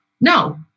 No